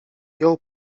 jął